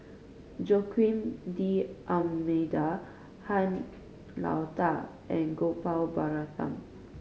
Joaquim D'Almeida Han Lao Da and Gopal Baratham